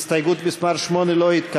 הסתייגות מס' 8,